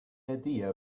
idea